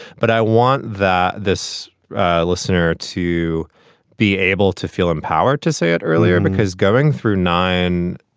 but i want that this listener to be able to feel empowered to say it earlier because going through nine.